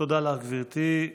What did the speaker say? תודה לך, גברתי.